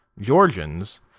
Georgians